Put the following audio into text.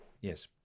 yes